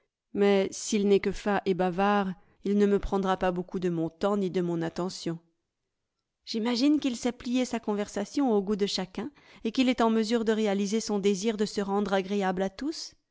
mais s'il n'est que fat et bavard il ne me prendra pas beaucoup de mon temps ni de mon attention j'imagine qu'il sait plier sa conversation au goût de chacun et qu'il est en mesure de réaliser son désir de se rendre agréable à tous